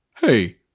Hey